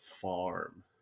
farm